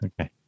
Okay